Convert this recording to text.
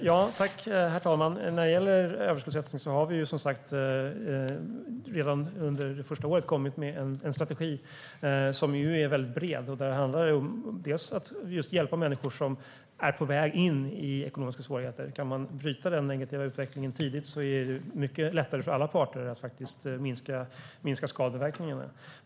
Herr talman! När det gäller överskuldsättning har vi redan under det första året kommit med en strategi som ju är väldigt bred. Det handlar om att hjälpa människor som är på väg in i ekonomiska svårigheter. Kan man bryta den negativa utvecklingen tidigt är det mycket lättare för alla parter samtidigt som det minskar skadeverkningarna.